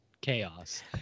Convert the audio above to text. chaos